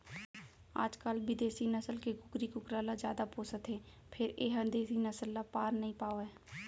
आजकाल बिदेसी नसल के कुकरी कुकरा ल जादा पोसत हें फेर ए ह देसी नसल ल पार नइ पावय